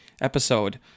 episode